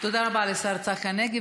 תודה רבה לשר צחי הנגבי.